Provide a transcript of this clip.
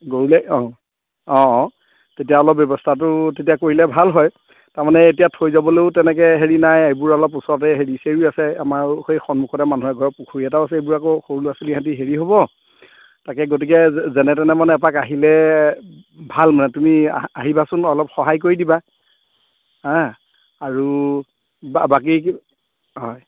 গৰুলে অ অ তেতিয়া অলপ ব্যৱস্থাটো তেতিয়া কৰিলে ভাল হয় তাৰমানে এতিয়া থৈ যাবলৈও তেনেকৈ হেৰি নাই এইবোৰ অলপ ওচৰতে হেৰি ছেৰিও আছে আমাৰ এই সন্মুখতে মানুহ এঘৰৰ পুখুৰী এটাও আছে এইবোৰ আকৌ সৰু ল'ৰা ছোৱালী ইহঁতি হেৰি হ'ব তাকে গতিকে যেনে তেনে মানে এপাক আহিলে ভাল মানে তুমি আহিবাচোন অলপ সহায় কৰি দিবা হা আৰু বাকী হয়